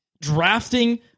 drafting